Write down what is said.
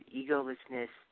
egolessness